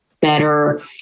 better